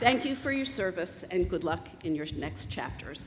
thanks you for your service and good luck in your next chapters